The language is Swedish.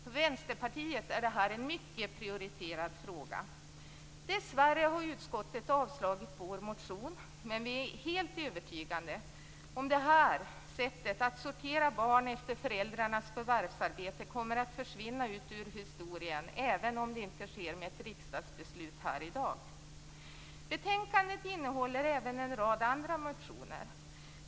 För Vänsterpartiet är det här en mycket prioriterad fråga. Dessvärre har utskottet avstyrkt vår motion. Men vi är helt övertygade om att det här sättet att sortera barn efter föräldrarnas förvärvsarbete kommer att försvinna ur historien även om det inte sker med ett riksdagsbeslut här i dag. Betänkandet innehåller även en rad andra motioner.